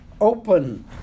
open